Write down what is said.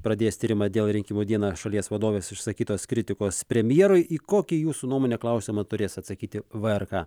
pradės tyrimą dėl rinkimų dieną šalies vadovės išsakytos kritikos premjerui į kokį jūsų nuomone klausiamą turės atsakyti vrk